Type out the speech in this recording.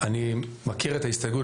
אני מכיר את ההסתייגות,